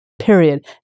Period